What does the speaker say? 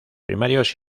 primarios